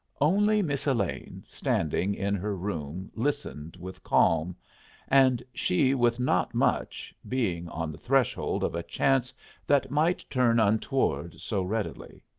only miss elaine standing in her room listened with calm and she with not much, being on the threshold of a chance that might turn untoward so readily.